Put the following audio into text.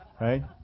Right